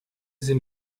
sie